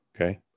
Okay